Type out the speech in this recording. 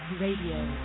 Radio